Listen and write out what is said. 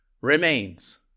remains